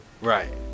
right